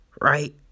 right